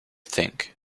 think